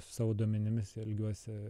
su savo duomenimis elgiuosi